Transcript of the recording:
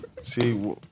see